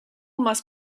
must